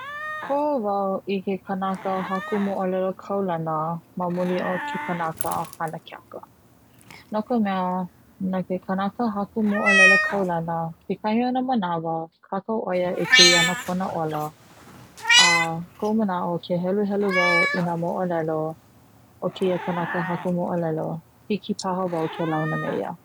Koho wau i ke kanaka haku moʻolelo kaulana ma muli o ke kanaka hana keaka, no ka mea no ke kanaka haku moʻolelo kaulana kekahi ona manawa kākau ʻoia e pili ana kona ola a koʻu manaʻo ke heluhelu wau ina moʻolelo o keia kanaka haʻi moʻolelo hiki paha wau ke launa meia